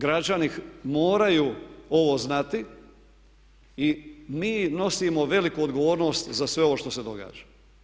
Građani moraju ovo znati i mi nosimo veliku odgovornost za sve ovo što se događa.